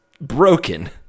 broken